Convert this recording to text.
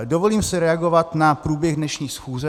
Dovolím si reagovat na průběh dnešní schůze.